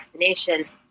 vaccinations